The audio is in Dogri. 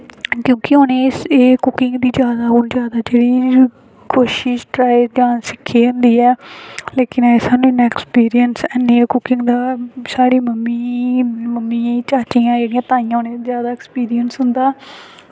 लेकिन एह् कुकिंग दी जादा प्लेयर न कोशिश ते ट्राई सिक्खियै गै होंदी ऐ लेकिन ऐसा जेंट्स कुकिंग दा साढ़ी मम्मी न चाची ताई न जेह्ड़ियां ओह् एक्सपीरियंस होंदा ऐ